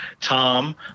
Tom